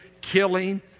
killing